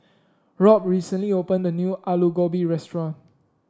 Rob recently opened a new Alu Gobi restaurant